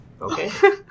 Okay